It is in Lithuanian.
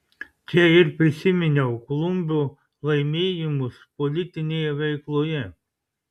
čia ir prisiminiau klumbio laimėjimus politinėje veikloje